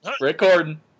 Recording